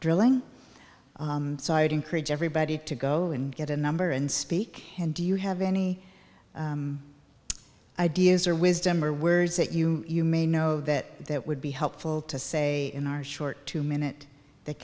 drilling so i would encourage everybody to go and get a number and speak and do you have any ideas or wisdom or words that you you may know that that would be helpful to say in our short two minute th